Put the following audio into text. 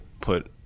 put